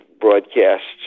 broadcasts